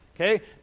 okay